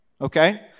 okay